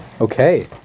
Okay